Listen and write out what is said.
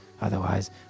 Otherwise